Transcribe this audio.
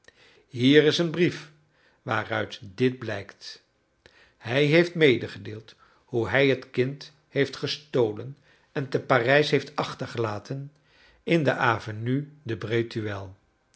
hier is een brief waaruit dit blijkt hij heeft medegedeeld hoe hij het kind heeft gestolen en te parijs heeft achtergelaten in de avenue de breteuil